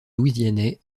louisianais